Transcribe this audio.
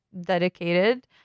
dedicated